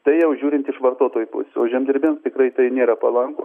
tai jau žiūrint iš vartotojų pusės o žemdirbiam tikrai tai nėra palanku